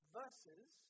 versus